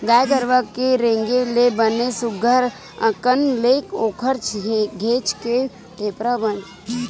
गाय गरुवा के रेगे ले बने सुग्घर अंकन ले ओखर घेंच के टेपरा बने बजत रहिथे